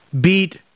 beat